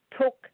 took